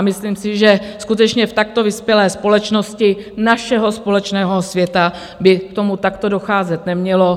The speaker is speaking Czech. Myslím si, že skutečně v takto vyspělé společnosti našeho společného světa by k tomu takto docházet nemělo.